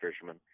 fishermen